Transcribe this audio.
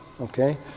Okay